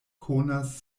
konas